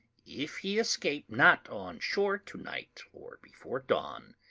if he escape not on shore to-night, or before dawn,